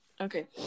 Okay